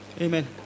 Amen